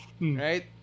Right